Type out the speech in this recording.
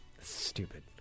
Stupid